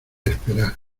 esperar